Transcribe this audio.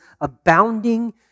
abounding